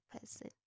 person